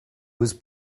was